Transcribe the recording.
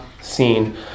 seen